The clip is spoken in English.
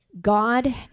God